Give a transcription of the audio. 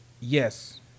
Yes